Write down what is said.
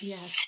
Yes